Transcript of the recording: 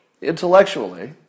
Intellectually